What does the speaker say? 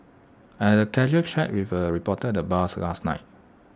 I had A casual chat with A reporter at the bars last night